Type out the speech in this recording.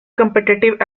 competitive